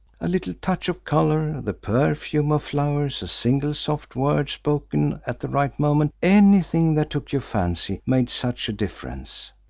a little touch of colour, the perfume of flowers, a single soft word spoken at the right moment anything that took your fancy made such a difference.